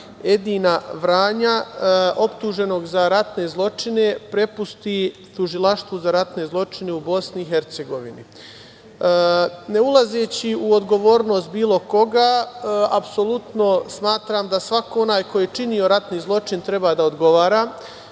Edina Vranja, optuženog za ratne zločine prepusti Tužilaštvu za ratne zločine u Bosni i Hercegovini. Ne ulazeći u odgovornost bilo koga, apsolutno smatram da svako onaj ko je činio ratni zločin treba da odgovara.Međutim,